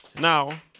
Now